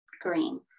green